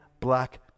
black